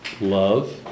love